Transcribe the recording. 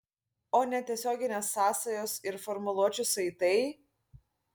o netiesioginės sąsajos ir formuluočių saitai